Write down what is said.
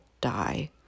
die